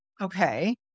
Okay